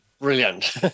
brilliant